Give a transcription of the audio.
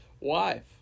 wife